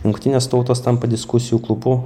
jungtinės tautos tampa diskusijų klubu